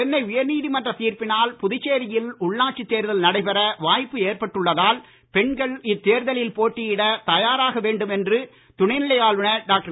சென்னை உயர்நீதிமன்ற தீர்ப்பினால் புதுச்சேரியில் உள்ளாட்சித் தேர்தல் நடைபெற வாய்ப்பு ஏற்பட்டு உள்ளதால் பெண்கள் இத்தேர்தலில் போட்டியிட தயாராக வேண்டும் என்று துணைநிலை ஆளுநர் டாக்டர்